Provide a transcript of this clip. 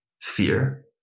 fear